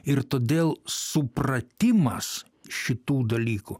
ir todėl supratimas šitų dalykų